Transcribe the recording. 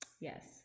Yes